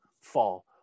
fall